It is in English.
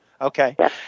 Okay